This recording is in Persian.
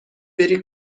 بری